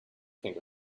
think